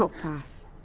so pass.